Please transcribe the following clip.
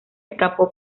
escapó